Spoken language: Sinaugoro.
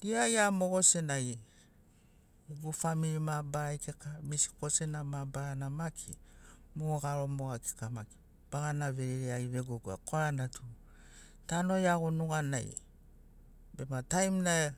Dia gia mogo senagi gegu famili mabarari kika, misi koseana mabarana maki mo garo moga kika maki bagana verereiagi vegogoa korana tu tanu iago nuganai bema taim na